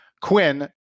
quinn